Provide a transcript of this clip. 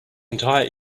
entire